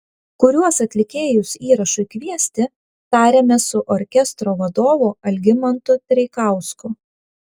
kuriuos atlikėjus įrašui kviesti tarėmės su orkestro vadovu algimantu treikausku